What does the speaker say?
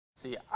See